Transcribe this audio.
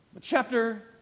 Chapter